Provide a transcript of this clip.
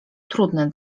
trudne